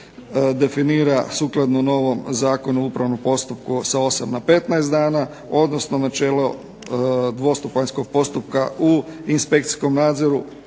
definira sukladno novom Zakonu o upravnom postupku sa 8 na 15 dana odnosno načelo dvostupanjskog postupka u inspekcijskom nadzoru.